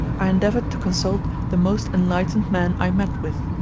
i endeavored to consult the most enlightened men i met with.